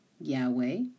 Yahweh